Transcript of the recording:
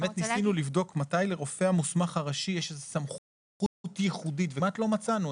ניסינו לבדוק מתי לרופא המוסמך הראשי יש סמכות ייחודית וכמעט לא מצאנו.